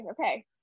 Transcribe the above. okay